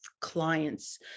clients